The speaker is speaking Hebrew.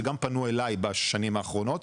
שגם פנו אליי בשנים האחרונות,